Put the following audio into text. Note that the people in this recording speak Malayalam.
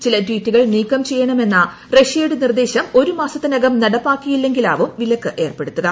ചില ട്വീറ്റു കൾ നീക്കം ചെയ്യണമെന്ന് റഷ്യയുടെ നിർദ്ദേശം ഒരു മാസ ത്തിനകം നടപ്പാക്കിയില്ലെങ്കിലാവും വിലക്ക് ഏർപ്പെടുത്തുക